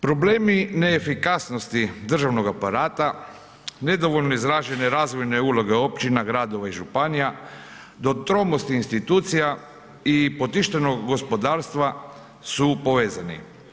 Problemi neefikasnosti državnog aparata, nedovoljno izražene razvojne uloge općina, gradova i županija do tromosti institucija i potištenog gospodarstva su povezani.